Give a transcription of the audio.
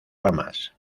ramas